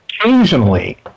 occasionally